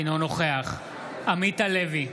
אינו נוכח עמית הלוי,